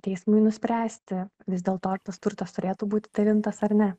teismui nuspręsti vis dėlto ar tas turtas turėtų būti dalintas ar ne